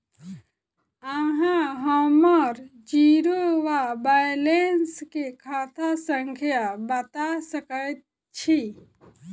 अहाँ हम्मर जीरो वा बैलेंस केँ खाता संख्या बता सकैत छी?